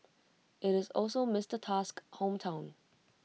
IT is also Mister Tusk's hometown